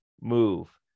move